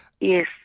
Yes